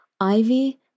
ivy